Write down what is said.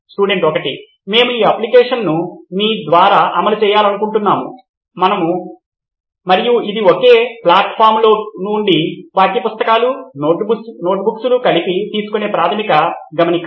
student 1 మేము ఈ application ను మీద్వారా అమలు చేయాలనుకుంటున్నాము మరియు ఇది ఒకే ప్లాట్ఫామ్లో నుండి పాఠ్యపుస్తకాలు నోట్బుక్లు కలిసి తీసుకునే ప్రాథమిక గమనిక